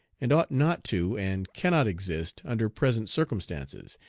and ought not to and cannot exist under present circumstances,